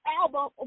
album